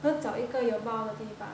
then 我找一个有猫的地方